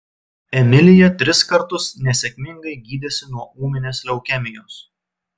emilija tris kartus nesėkmingai gydėsi nuo ūminės leukemijos